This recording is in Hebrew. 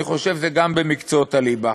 אני חושב שזה גם במקצועות הליבה.